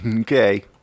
Okay